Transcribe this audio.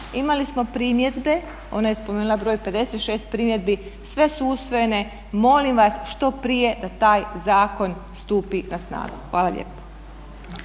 Imali smo primjedbe, ona je spomenula broj 56 primjedbi, sve su usvojene. Molim vas što prije da taj zakon stupi na snagu. Hvala lijepa.